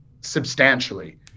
substantially